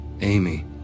Amy